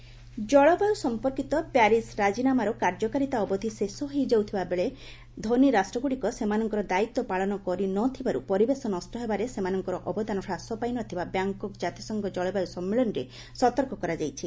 Bangkok UN ଜଳବାୟୁ ସମ୍ପର୍କୀତ Paris ରାଜିନାମାର କାର୍ଯ୍ୟକାରିତା ଅବଧି ଶେଷ ହୋଇଯାଉଥିବା ବେଳେ ଧନୀରାଷ୍ଟ୍ରଗୁଡ଼ିକ ସେମାନଙ୍କର ଦାୟିତ୍ୱ ପାଳନ କରିନଥିବାରୁ ପରିବେଶ ନଷ୍ଟ ହେବାରେ ସେମାନଙ୍କର ଅବଦାନ ହ୍ରାସ ପାଇନଥିବା ବ୍ୟାଙ୍କକକ୍ ଜାତିସଂଘ ଜଳବାୟୁ ସମ୍ମିଳନୀରେ ସତର୍କ କରାଯାଇଛି